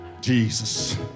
Jesus